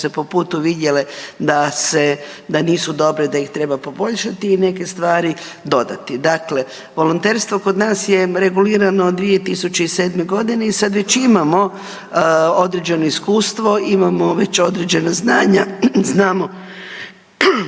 su se po putu vidjele da se, da nisu dobre da ih treba poboljšati i neke stvari dodati. Dakle, volonterstvo kod nas je regulirano 2007. i sad već imamo određeno iskustvo, imamo već određena znanja, znamo